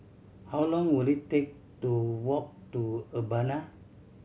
how long will it take to walk to Urbana